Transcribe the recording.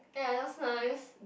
ya just nice